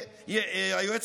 באולם.